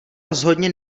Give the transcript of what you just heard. rozhodně